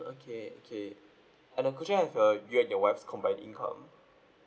okay okay and uh could I have uh you and your wife's combined income